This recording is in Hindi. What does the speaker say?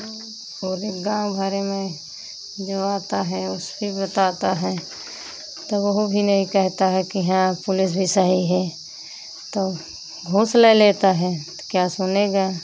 और पूरे गाँवभर में जो आता है उस भी बताते हैं तो वह भी नहीं कहता है कि हाँ पुलिस भी सही है तो घूँस ले लेती है तो क्या सुनेगा